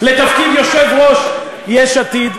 לתפקיד יושב-ראש יש עתיד.